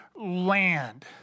land